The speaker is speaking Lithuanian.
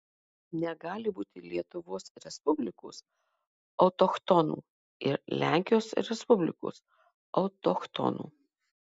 negali būti lietuvos respublikos autochtonų ir lenkijos respublikos autochtonų